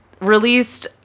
released